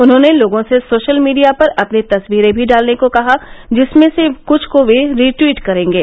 उन्होंने लोगों से सोशल मीडिया पर अपनी तस्वीरें भी डालने को कहा जिसमें से क्ड को वे रिटवीट करेंगे